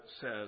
says